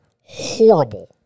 horrible